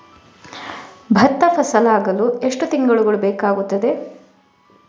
ಭತ್ತ ಫಸಲಾಗಳು ಎಷ್ಟು ತಿಂಗಳುಗಳು ಬೇಕಾಗುತ್ತದೆ?